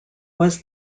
was